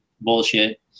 bullshit